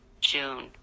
June